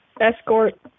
escort